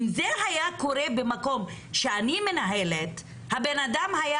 אם זה היה קורה במקום שאני מנהלת הבן-אדם היה